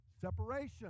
separation